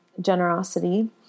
generosity